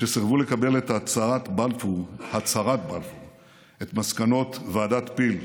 שסירבו לקבל את הצהרת בלפור, את מסקנות ועדת פיל,